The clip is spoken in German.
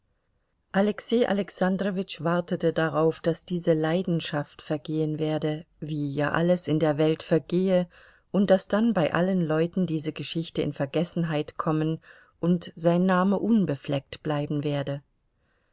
alexei alexandrowitsch wartete darauf daß diese leidenschaft vergehen werde wie ja alles in der welt vergehe und daß dann bei allen leuten diese geschichte in vergessenheit kommen und sein name unbefleckt bleiben werde